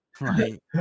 Right